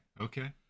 Okay